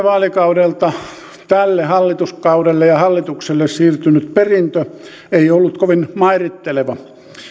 vaalikaudelta tälle hallituskaudelle ja hallitukselle siirtynyt perintö ei ollut kovin mairitteleva